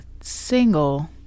single